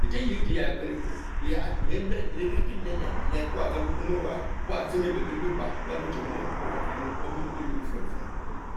Ejieyie-ejieyakparikwo le eriekie lel lee-leh kie wab dgang ommuen lug wa Ashimning omien owah lebikpa wa mechie omuel eng ormekuvolo le bufurr etue fing.